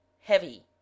heavy